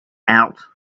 out